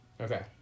Okay